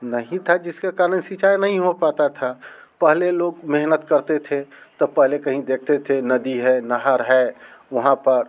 नहीं था जिसका कारण सिंचाई नहीं हो पाती थी पहले लोग मेहनत करते थे तो पहले कहीं देखते थे नदी है नहर है वहाँ पर